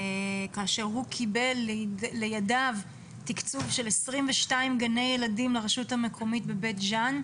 כאשר הוא קיבל לידיו תקצוב של 22 גני ילדים לרשות המקומית בבית ג'אן,